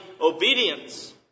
obedience